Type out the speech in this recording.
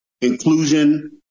inclusion